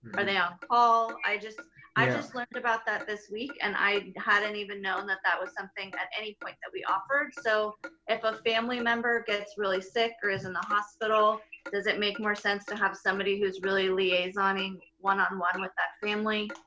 are they on-call? i just i just learned about that this week and i hadn't even know and that that was something at any point that we offered, so if a family member gets really sick or is in the hospital does it make more sense to have somebody who's really liaisoning one-on-one with that family?